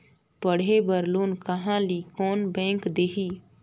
पढ़े बर लोन कहा ली? कोन बैंक देही?